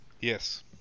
Yes